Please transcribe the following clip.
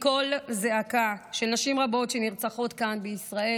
זה קול זעקה של נשים רבות שנרצחות כאן בישראל.